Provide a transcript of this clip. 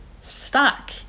stuck